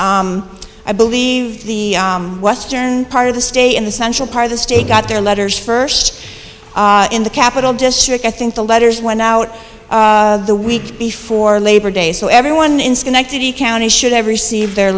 batch i believe the western part of the stay in the central part of the state got their letters first in the capital district i think the letters went out the week before labor day so everyone in schenectady county should have received their